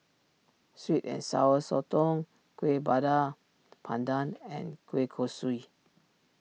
Sweet and Sour Sotong Kueh Bakar Pandan and Kueh Kosui